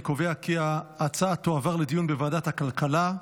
אני קובע כי ההצעה תועבר לדיון בוועדת הכלכלה.